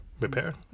repair